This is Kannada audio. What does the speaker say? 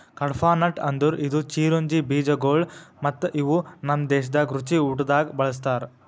ಕಡ್ಪಾಹ್ನಟ್ ಅಂದುರ್ ಇದು ಚಿರೊಂಜಿ ಬೀಜಗೊಳ್ ಮತ್ತ ಇವು ನಮ್ ದೇಶದಾಗ್ ರುಚಿ ಊಟ್ದಾಗ್ ಬಳ್ಸತಾರ್